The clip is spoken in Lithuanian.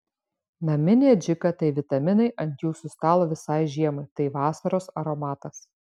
naminė adžika tai vitaminai ant jūsų stalo visai žiemai tai vasaros aromatas